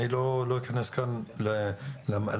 אני לא אכנס כאן למהות,